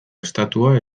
estatua